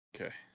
okay